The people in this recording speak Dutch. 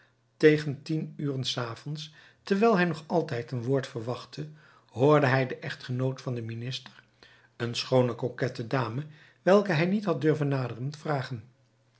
tegen tien uren s avonds terwijl hij nog altijd een woord verwachtte hoorde hij de echtgenoot van den minister een schoone coquette dame welke hij niet had durven naderen vragen